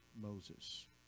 Moses